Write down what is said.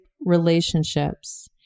relationships